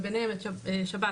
וביניהם את שב"ס,